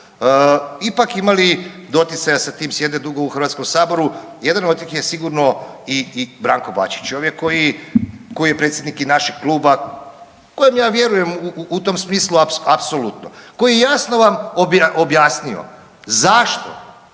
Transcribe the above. ipak imali doticaja sa tim, sjede dugo u Hrvatskom saboru, jedan od njih je sigurno i Branko Bačić. Čovjek koji, koji je i predsjednik i našeg kluba, kojem ja vjerujem u tom smislu apsolutno, koji jasno vam objasnio zašto,